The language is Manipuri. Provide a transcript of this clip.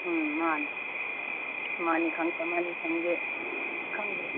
ꯎꯝ ꯃꯥꯅꯤ ꯑꯃꯅꯤ ꯈꯪꯗꯦ ꯑꯃꯅꯤ ꯈꯪꯗꯦ ꯈꯪꯗꯦ